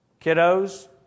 Kiddos